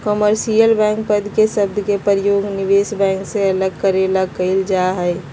commercial bank पद के शब्द के प्रयोग निवेश बैंक से अलग करे ला कइल जा हई